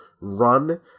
run